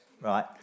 right